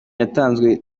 yatanzwe